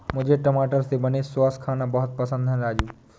मुझे टमाटर से बने सॉस खाना बहुत पसंद है राजू